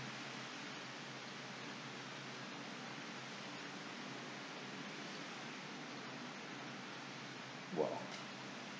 !wow!